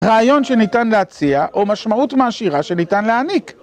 רעיון שניתן להציע או משמעות מעשירה שניתן להעניק